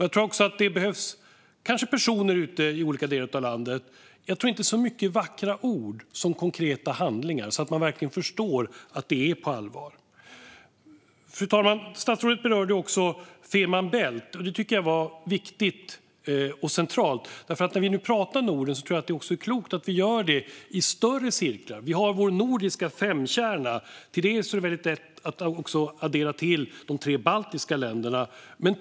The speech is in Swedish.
Jag tror att det behövs personer ute i olika delar av landet och kanske inte så mycket vackra ord utan snarare konkreta handlingar, så att man verkligen förstår att det är på allvar. Fru talman! Statsrådet berörde också Fehmarn Bält. Det tycker jag var viktigt och centralt. När vi nu pratar om Norden tror jag att det är klokt att vi gör det i större cirklar. Vi har vår nordiska femkärna, men till denna ska också de baltiska länderna adderas.